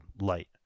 light